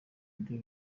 byo